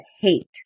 hate